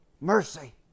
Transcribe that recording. mercy